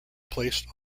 placed